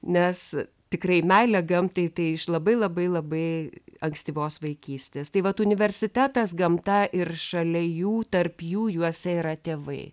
nes tikrai meilė gamtai tai iš labai labai labai ankstyvos vaikystės tai vat universitetas gamta ir šalia jų tarp jų juose yra tėvai